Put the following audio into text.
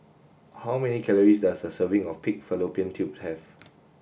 how many calories does a serving of pig fallopian tubes have